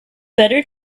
better